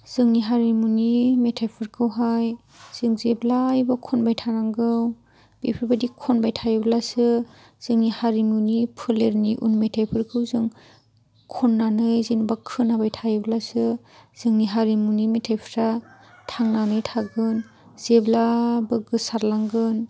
जोंनि हारिमुनि मेथाइफोरखौहाय जों जेब्लायबो खनबाय थानांगौ बेफोरबायदि खनबाय थायोब्लासो जोंनि हारिमुनि फोलेरनि उन मेथाइफोरखौ जों खननानै जेनेबा खोनाबाय थायो अब्लासो जोंनि हारिमुनि मेथाइफ्रा थांनानै थागोन जेब्लाबो गोसारलांगोन